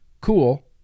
cool